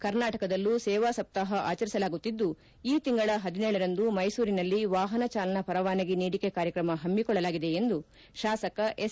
ಕರ್ನಾಟಕದಲ್ಲೂ ಸೇವಾ ಸಪ್ತಾಪ ಆಚರಿಸಲಾಗುತ್ತಿದ್ದು ಈ ತಿಂಗಳ ಗರಂದು ಮೈಸೂರಿನಲ್ಲಿ ವಾಪನ ಜಾಲನಾ ಪರವಾನಗಿ ನೀಡಿಕೆ ಕಾರ್ಯಕ್ರಮ ಪಮ್ಮಿಕೊಳ್ಳಲಾಗಿದೆ ಎಂದು ಶಾಸಕ ಎಸ್